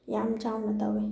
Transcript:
ꯌꯥꯝ ꯆꯥꯎꯅ ꯇꯧꯏ